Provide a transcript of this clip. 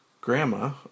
Grandma